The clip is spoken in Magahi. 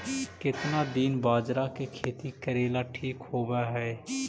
केतना दिन बाजरा के खेती करेला ठिक होवहइ?